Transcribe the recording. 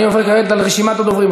אני עובר כעת על רשימת הדוברים.